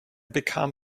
bekam